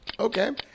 Okay